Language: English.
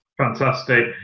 Fantastic